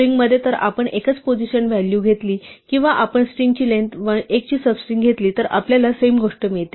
स्ट्रिंगमध्ये जर आपण एकच पोझिशन व्हॅल्यू घेतली किंवा आपण स्ट्रिंगची लेंग्थ 1 ची सबस्ट्रिंग घेतली तर आपल्याला सेम गोष्ट मिळते